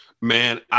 Man